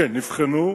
כן, נבחנו.